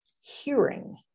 hearing